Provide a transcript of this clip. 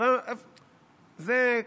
הרי זה,